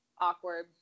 awkward